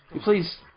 Please